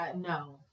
No